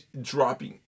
dropping